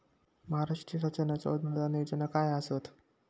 महाराष्ट्र शासनाचो अनुदान योजना काय आसत?